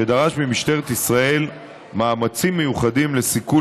שדרש ממשטרת ישראל מאמצים מיוחדים לסיכול